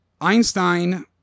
Einstein